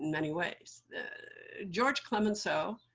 many ways. george clemenceau